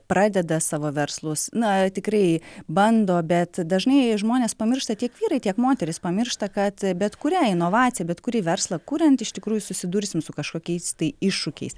pradeda savo verslus na tikrai bando bet dažnai žmonės pamiršta tiek vyrai tiek moterys pamiršta kad bet kurią inovaciją bet kurį verslą kuriant iš tikrųjų susidursim su kažkokiais tai iššūkiais